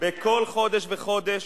בכל חודש וחודש,